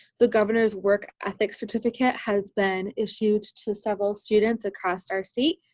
the governor's work ethic certificate has been issued to several students across our state.